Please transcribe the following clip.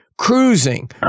Cruising